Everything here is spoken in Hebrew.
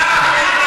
אל תביך אותנו,